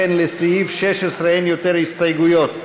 לסעיף 16 אין יותר הסתייגויות.